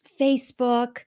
facebook